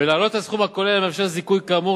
ולהעלות את הסכום הכולל המאפשר זיכוי כאמור